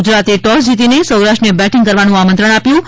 ગુજરાતે ટોસ જીતીને સૌરાષ્ટ્રને બેટીંગ કરવાનું આમંત્રણ આપ્યું હતું